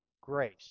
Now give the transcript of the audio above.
grace